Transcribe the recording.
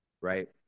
right